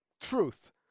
truth